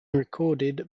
recorded